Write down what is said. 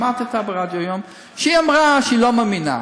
שמעתי אותה ברדיו היום, שהיא אמרה שהיא לא מאמינה.